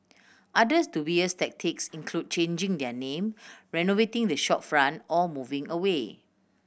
others dubious tactics included changing their name renovating the shopfront or moving away